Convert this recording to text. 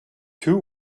two